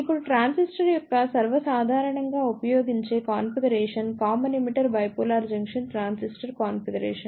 ఇప్పుడు ట్రాన్సిస్టర్ యొక్క సర్వ సాధారణంగా ఉపయోగించే configuration common emitter bipolar junction transistor configuration